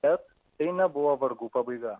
bet tai nebuvo vargų pabaiga